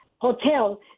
hotel